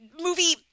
movie